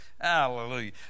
Hallelujah